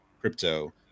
crypto